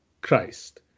Christ